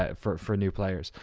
ah for for new players.